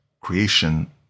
creation